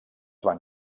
van